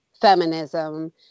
feminism